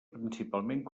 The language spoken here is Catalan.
principalment